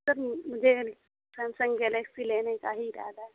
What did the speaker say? سر مجھے Samsung Galaxy لینے کا ہی ارادہ ہے